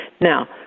Now